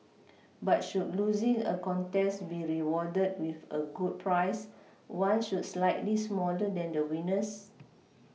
but should losing a contest be rewarded with a good prize one should slightly smaller than the winner's